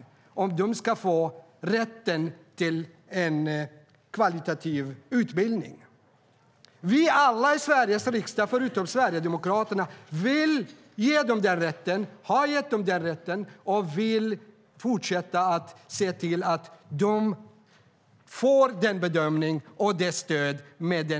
Vi diskuterar om de ska få rätt till en kvalitativ utbildning. Alla i Sveriges riksdag, förutom Sverigedemokraterna, vill ge dem den rätten, har gett dem den rätten och vill fortsätta se till att de får den bedömning och det stöd som föreslås